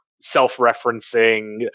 self-referencing